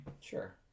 sure